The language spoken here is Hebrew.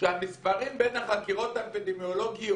השבוע מתחילות הבדיקות הסרולוגיות